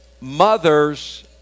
Mothers